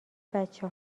بچه